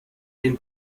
den